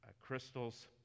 Crystal's